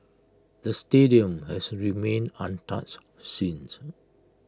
the stadium has remained untouched since